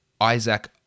Isaac